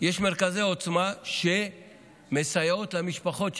יש מרכזי עוצמה שמסייעים למשפחות שנמצאות,